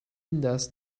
lindas